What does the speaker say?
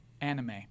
anime